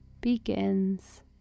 begins